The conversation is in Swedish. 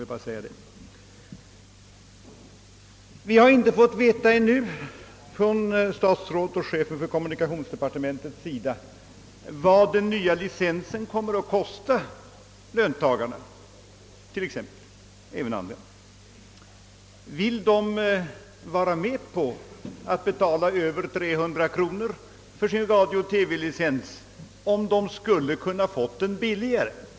Vi har ännu inte fått av statsrådet och chefen för kommunikationsdepartementet veta vad den nya licensen kommer att kosta löntagarna och naturligtvis även andra apparatinnehavare. Vill de vara med om att betala över 300 kronor för sin radio-TV-licens om de skulle kunna få den billigare?